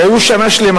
הם היו שם שנה שלמה.